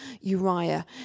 Uriah